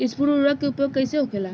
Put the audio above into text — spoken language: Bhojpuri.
स्फुर उर्वरक के उपयोग कईसे होखेला?